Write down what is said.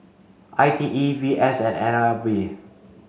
I T E V S and N L B